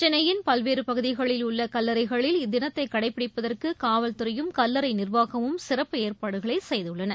சென்னையின் பல்வேறு பகுதிகளில் உள்ள கல்லறைகளில் இத்தினத்தை கடைபிடிப்பதற்கு காவல்துறையும் கல்லறை நிர்வாகமும் சிறப்பு ஏற்பாடுகளை செய்துள்ளன